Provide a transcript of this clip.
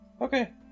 Okay